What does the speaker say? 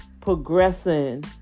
progressing